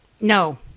No